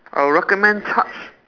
I'll recommend charge